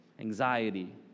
anxiety